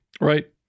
Right